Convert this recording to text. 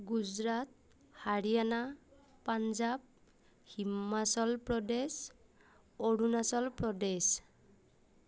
Gujarat Haryana Punjab Himachal Pradesh Arunachal Pradesh